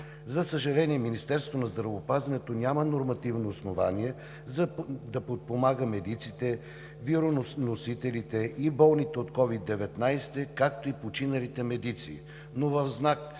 За съжаление, Министерството на здравеопазването няма нормативно основание да подпомага медиците, вирусоносителите и болните от COVID-19, както и починалите медици,